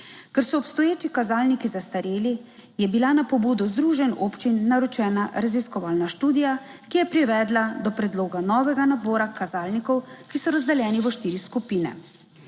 Ker so obstoječi kazalniki zastareli, je bila na pobudo združenj občin naročena raziskovalna študija, ki je privedla do predloga novega nabora kazalnikov, ki so razdeljeni v štiri skupine.